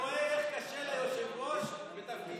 אני רואה איך קשה ליושב-ראש בתפקידו,